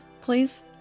please